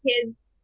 kids